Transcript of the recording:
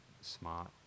smart